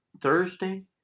Thursday